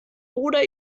oder